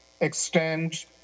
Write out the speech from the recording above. extend